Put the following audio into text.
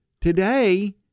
today